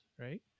right